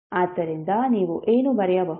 ಆದ್ದರಿಂದ ನೀವು ಏನು ಬರೆಯಬಹುದು